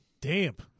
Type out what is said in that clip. damp